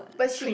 but she